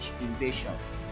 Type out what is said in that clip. invasions